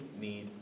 need